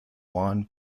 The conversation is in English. juan